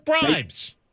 bribes